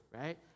right